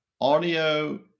Audio